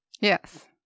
yes